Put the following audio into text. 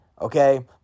okay